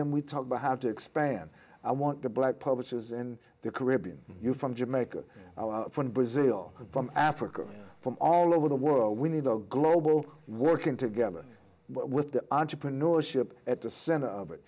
then we talk about how to expand i want the black publishers in the caribbean you from jamaica from brazil from africa from all over the world we need a global working together with the entrepreneurship at the center of it